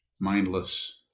Mindless